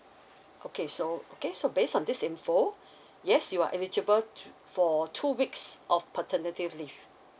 okay so okay so based on this info yes you are eligible to for two weeks of paternity leave